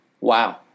Wow